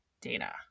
Dana